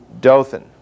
Dothan